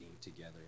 together